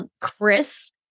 Chris